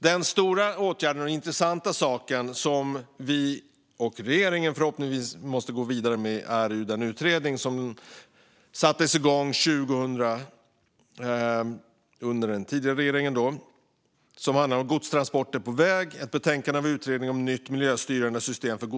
Den stora åtgärd och den intressanta sak som regeringen förhoppningsvis går vidare med är utredningen som sattes igång under den tidigare regeringen och som handlar om godstransporter på väg. Det är en utredning om ett nytt miljöstyrande system.